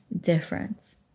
difference